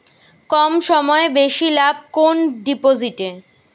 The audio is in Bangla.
কম সময়ে বেশি লাভ কোন ডিপোজিটে?